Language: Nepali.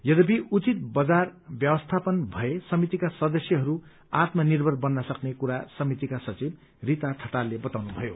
यद्यपि उचित बजार व्यवस्थापन भए समितिका सदस्यहरू आत्मनिर्भर बन्न सक्ने कुरा समितिका सचिव रीता ठटालले बताउनुभयो